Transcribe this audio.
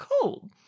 cool